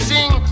Sing